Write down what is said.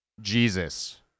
Jesus